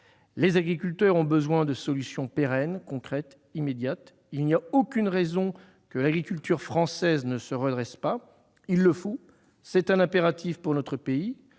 Les agriculteurs ont besoin de solutions pérennes, concrètes, immédiates. Il n'y a aucune raison que l'agriculture française ne se redresse pas. Il le faut, c'est un impératif pour notre pays.